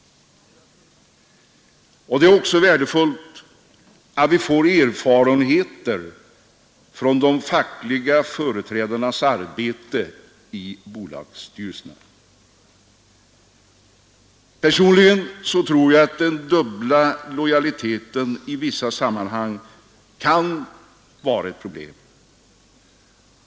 Det måste också vara värdefullt att vi får erfarenhet av de fackliga företrädarnas arbete i bolagsstyrelser. Personligen tror jag att den dubbla lojaliteten i vissa sammanhang kan vara ett problem.